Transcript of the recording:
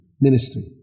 ministry